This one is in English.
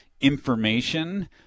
information